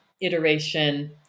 iteration